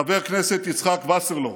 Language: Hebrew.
חבר הכנסת יצחק וסרלאוף,